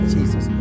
Jesus